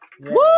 Woo